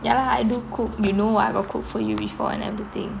ya lah I do cook you know what I got cook for you before and everything